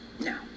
No